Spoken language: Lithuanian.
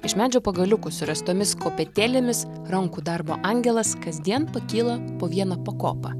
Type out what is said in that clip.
iš medžio pagaliukų suręstomis kopėtėlėmis rankų darbo angelas kasdien pakyla po vieną pakopą